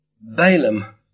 Balaam